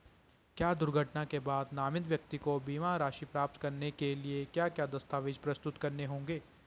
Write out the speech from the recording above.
क्या दुर्घटना के बाद नामित व्यक्ति को बीमा राशि प्राप्त करने के लिए क्या क्या दस्तावेज़ प्रस्तुत करने होंगे?